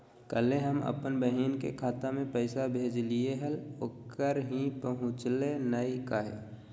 कल्हे हम अपन बहिन के खाता में पैसा भेजलिए हल, ओकरा ही पहुँचलई नई काहे?